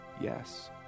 Yes